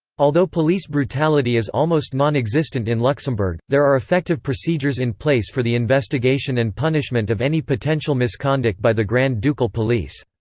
although police brutality is almost nonexistent in luxembourg, there are effective procedures in place for the investigation and punishment of any potential misconduct by the grand ducal police.